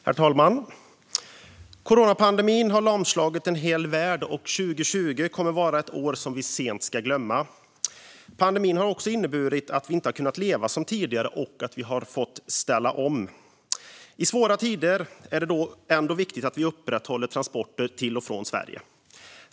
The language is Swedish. Herr talman! Coronapandemin har lamslagit en hel värld, och 2020 kommer att vara ett år vi sent ska glömma. Pandemin har också inneburit att vi inte har kunnat leva som tidigare och att vi har fått ställa om. I svåra tider är det ändå viktigt att vi upprätthåller transporter till och från Sverige.